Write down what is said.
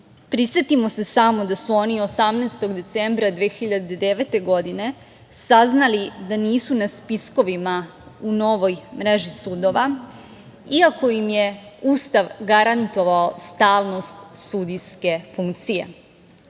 posla. Prisetimo se samo da su oni 18. decembra 2009. godine, saznali da nisu na spiskovima u novoj mreži sudova iako im je Ustav garantovao stalnost sudijske funkcije. Podsetimo